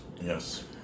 Yes